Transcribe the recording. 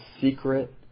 secret